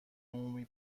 عمومی